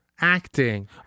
acting